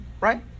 right